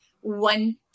one